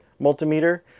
multimeter